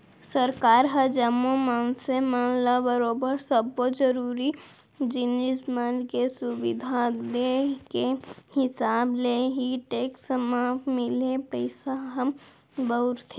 सरकार ह जम्मो मनसे मन ल बरोबर सब्बो जरुरी जिनिस मन के सुबिधा देय के हिसाब ले ही टेक्स म मिले पइसा ल बउरथे